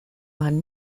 man